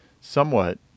somewhat –